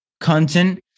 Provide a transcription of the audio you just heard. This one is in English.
content